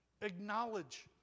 Acknowledge